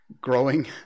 Growing